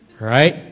right